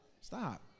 Stop